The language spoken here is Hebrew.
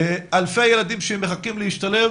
אלפי ילדים שמחכים להשתלב